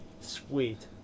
Sweet